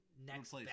Next